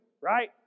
right